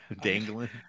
dangling